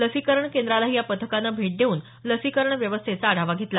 लसीकरण केंद्रालाही या पथकानं भेट देऊन लसीकरण व्यवस्थेचा आढावा घेतला